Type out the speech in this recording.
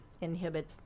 inhibit